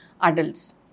adults